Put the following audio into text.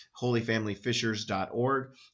holyfamilyfishers.org